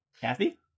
Kathy